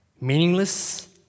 Meaningless